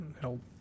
Help